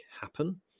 happen